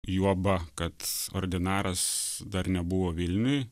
juoba kad ordinaras dar nebuvo vilniuj